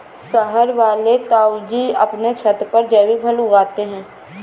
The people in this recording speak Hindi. शहर वाले ताऊजी अपने छत पर जैविक फल उगाते हैं